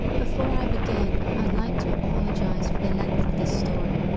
before i begin, i'd like to apologize for the length of this story,